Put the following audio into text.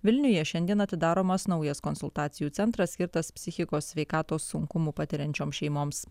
vilniuje šiandien atidaromas naujas konsultacijų centras skirtas psichikos sveikatos sunkumų patiriančioms šeimoms